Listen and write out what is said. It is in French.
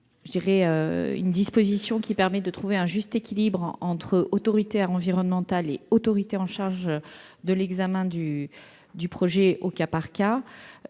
au climat, une disposition qui permet de trouver un juste équilibre entre autorité environnementale et autorité chargée de l'examen du projet au cas par cas.